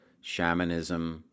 shamanism